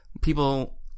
people